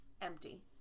empty